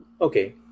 Okay